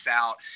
out